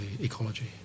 ecology